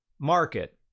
market